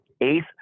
Eighth